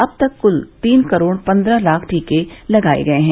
अब तक क्ल तीन करोड़ पन्द्रह लाख टीके लगाए गए हैं